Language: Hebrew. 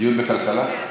דיון בכלכלה?